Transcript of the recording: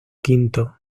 quinto